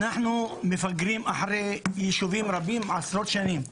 אנחנו מפגרים עשרות שנים אחרי יישובים רבים בפיתוח,